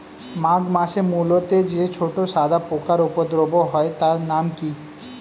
মাঘ মাসে মূলোতে যে ছোট সাদা পোকার উপদ্রব হয় তার নাম কি?